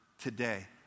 today